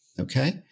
Okay